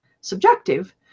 subjective